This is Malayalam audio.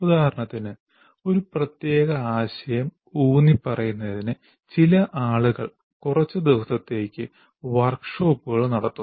ഉദാഹരണത്തിന് ഒരു പ്രത്യേക ആശയം ഊന്നിപ്പറയുന്നതിന് ചില ആളുകൾ കുറച്ച് ദിവസത്തേക്ക് വർക്ക് ഷോപ്പുകൾ നടത്തുന്നു